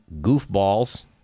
goofballs